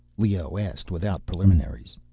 leoh asked, without preliminaries.